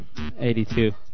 82